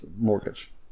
mortgage